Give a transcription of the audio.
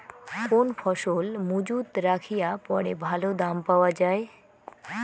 কোন ফসল মুজুত রাখিয়া পরে ভালো দাম পাওয়া যায়?